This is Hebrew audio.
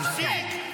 נא לסיים.